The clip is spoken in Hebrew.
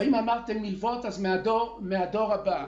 או מלווה מהדור הבא.